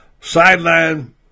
sideline